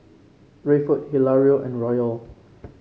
Rayford Hilario and Royal